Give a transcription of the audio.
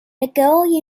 mcgill